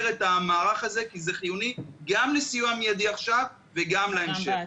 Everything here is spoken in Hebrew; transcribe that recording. את המערך הזה כי זה חיוני גם לסיוע מיידי עכשיו וגם להמשך.